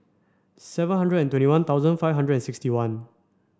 seven hundred and twenty one thousand five hundred and sixty one